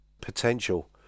potential